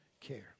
care